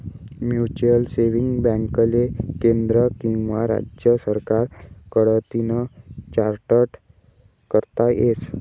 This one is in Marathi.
म्युचलसेविंग बॅकले केंद्र किंवा राज्य सरकार कडतीन चार्टट करता येस